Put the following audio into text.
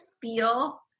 feel